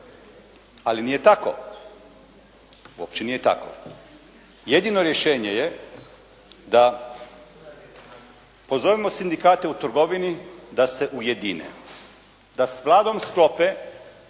Ali nije tako. Uopće nije tako. Jedino rješenje je da pozovemo sindikate u trgovini da se ujedine, da s Vladom sklope